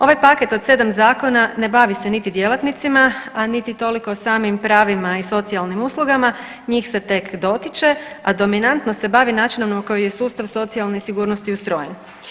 Ovaj paket od 7 zakona ne bavi se niti djelatnicima, a niti toliko o samim pravim i socijalnim uslugama, njih se tek dotiče, a dominantno se bavi načinom na koji je sustav socijalne sigurnosti ustrojen.